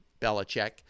Belichick